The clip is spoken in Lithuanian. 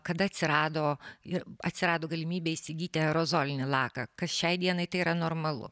kada atsirado ir atsirado galimybė įsigyti aerozolinį laką kas šiai dienai tai yra normalu